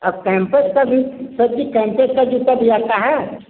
आप कैंपस का भी सर जी कैंपस का जूता भी आता है